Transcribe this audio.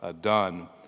done